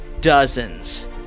dozens